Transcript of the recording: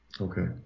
Okay